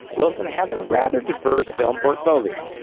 wilson has a rather diverse film portfolio.